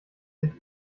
sich